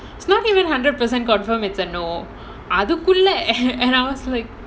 it's not even hundred percent confirm it's a no அதுக்குள்ள:adhukulla and I was like